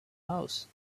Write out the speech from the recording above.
house